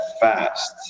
fast